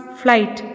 flight